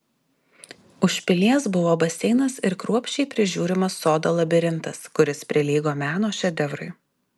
už pilies buvo baseinas ir kruopščiai prižiūrimas sodo labirintas kuris prilygo meno šedevrui